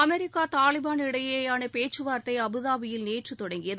America தாலிபான்கள் இடையேயான பேச்சுவார்த்தை அபுதாபியில் நேற்று தொடங்கியது